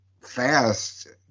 fast